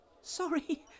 Sorry